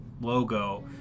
logo